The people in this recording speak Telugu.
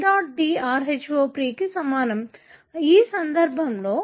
D dv free dvD